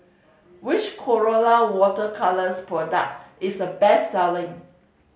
which Colora Water Colours product is the best selling